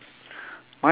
to the pin